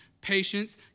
patience